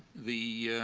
the